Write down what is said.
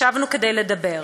ישבנו כדי לדבר.